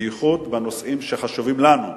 בייחוד בנושאים שחשובים לנו.